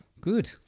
good